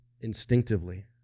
instinctively